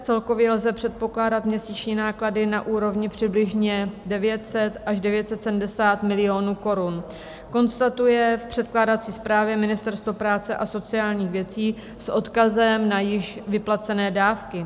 Celkově lze předpokládat měsíční náklady na úrovni přibližně 900 až 970 milionů korun, konstatuje se v předkládací zprávě Ministerstvo práce a sociálních věcí s odkazem na již vyplacené dávky.